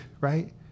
right